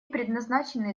предназначены